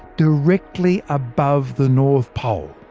directly above the north pole.